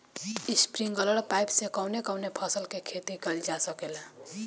Sprinkler pipe से कवने कवने फसल क खेती कइल जा सकेला?